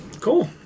Cool